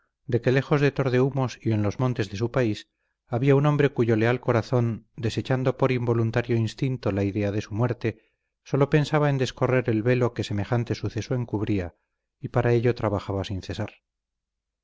de que lejos de tordehumos y en los montes de su país había un hombre cuyo leal corazón desechando por un involuntario instinto la idea de su muerte sólo pensaba en descorrer el velo que semejante suceso encubría y para ello trabajaba sin cesar